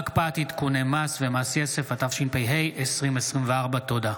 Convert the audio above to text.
(הקפאת עדכוני מס ומס יסף), התשפ"ה 2024. תודה.